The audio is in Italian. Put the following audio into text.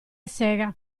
sega